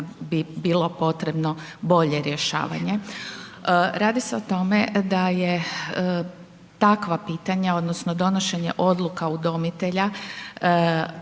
bi bilo potrebno bolje rješavanje. Radi se o tome da je takva pitanja odnosno donošenje odluka udomitelja